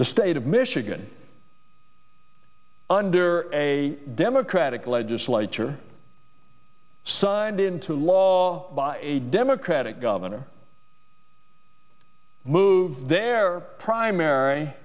the state of michigan under a democratic legislature signed into law by a democratic governor moved their primary